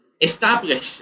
establish